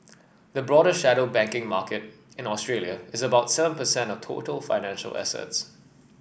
the broader shadow banking market in Australia is about seven percent of total financial assets